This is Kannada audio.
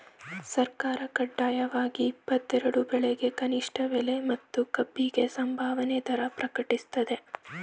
ಸರ್ಕಾರ ಕಡ್ಡಾಯವಾಗಿ ಇಪ್ಪತ್ತೆರೆಡು ಬೆಳೆಗೆ ಕನಿಷ್ಠ ಬೆಲೆ ಮತ್ತು ಕಬ್ಬಿಗೆ ಸಂಭಾವನೆ ದರ ಪ್ರಕಟಿಸ್ತದೆ